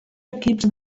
equips